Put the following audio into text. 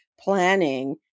planning